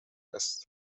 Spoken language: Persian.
است